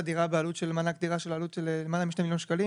דירה באמצעות מענק דירה בעלות של למעלה מ-2 מיליון ₪,